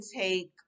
take